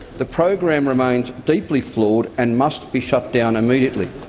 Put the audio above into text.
the program remains deeply flawed and must be shut down immediately.